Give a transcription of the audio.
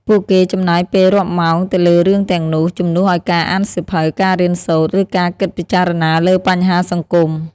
ពួកគេចំណាយពេលរាប់ម៉ោងទៅលើរឿងទាំងនោះ ជំនួសឲ្យការអានសៀវភៅ ការរៀនសូត្រ ឬការគិតពិចារណាលើបញ្ហាសង្គម។